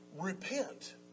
repent